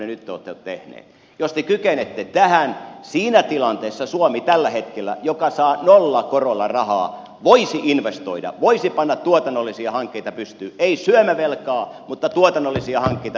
jos te kykenette tähän siinä tilanteessa suomi joka tällä hetkellä saa nollakorolla rahaa voisi investoida voisi panna tuotannollisia hankkeita pystyyn ei syömävelkaa mutta tuotannollisia hankkeita pystyyn